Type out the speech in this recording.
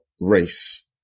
race